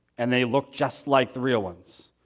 and they look just like the real ones.